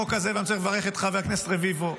אני רוצה לברך את חבר הכנסת רביבו,